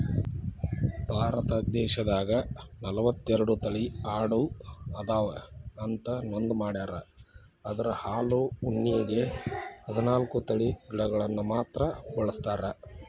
ಭಾರತ ದೇಶದಾಗ ನಲವತ್ತೆರಡು ತಳಿ ಆಡು ಅದಾವ ಅಂತ ನೋಂದ ಮಾಡ್ಯಾರ ಅದ್ರ ಹಾಲು ಉಣ್ಣೆಗೆ ಹದ್ನಾಲ್ಕ್ ತಳಿ ಅಡಗಳನ್ನ ಮಾತ್ರ ಬಳಸ್ತಾರ